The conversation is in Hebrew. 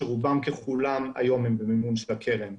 שהיום רובם ככולם הם במימון הקרן: